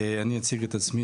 אני אציג את עצמי,